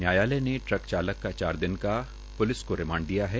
न्यायालय ने ट्क चालक का चार दिन का प्लिस रिमांड दिया है